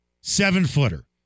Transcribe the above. seven-footer